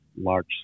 large